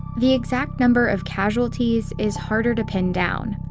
the exact number of casualties is harder to pin down.